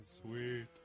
sweet